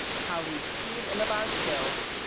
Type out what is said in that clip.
colleagues, peers and of ourselves,